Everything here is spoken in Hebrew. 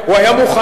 הוא היה מוכן.